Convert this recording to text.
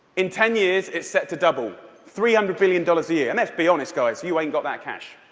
in ten years, it's set to double three hundred billion dollars a year. and let's be honest, guys, you haven't got that cash.